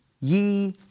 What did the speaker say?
ye